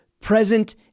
present